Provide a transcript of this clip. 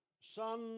Son